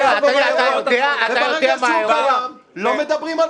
לפני שבועיים האיום הביטחוני לא קיים,